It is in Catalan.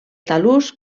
tal·lus